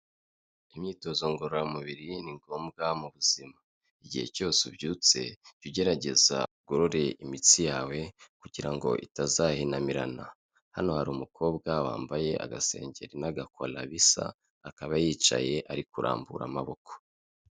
Imyitozo ngororamubiri ni ngombwa mu buzima. Igihe cyose ubyutse jya ugerageza ugorore imitsi yawe, kugirango itazahinamirana. Hano hari umukobwa wambaye agasengeri n'agakora bisa, akaba yicaye ari kurambura amaboko.